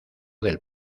del